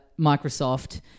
Microsoft